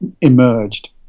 emerged